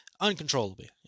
uncontrollably